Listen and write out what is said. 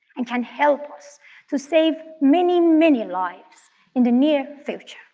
and can help us to save many, many lives in the near future.